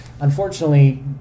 Unfortunately